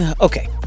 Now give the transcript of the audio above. Okay